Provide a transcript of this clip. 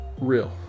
real